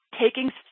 Taking